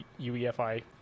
UEFI